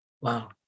Wow